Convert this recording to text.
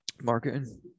marketing